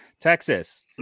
Texas